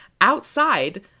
outside